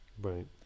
right